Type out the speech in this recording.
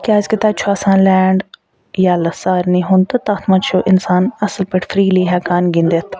کیازکہِ تتہِ چھُ آسان لینڈ یَلہٕ سارنی ہُنٛد تہٕ تتھ مَنٛز چھ اِنسان اصٕل پٲٹھۍ فریٖلی ہٮ۪کان گِندِتھ